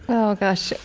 oh gosh,